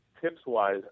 Tips-wise